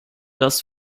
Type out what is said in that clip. das